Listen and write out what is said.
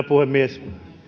puhemies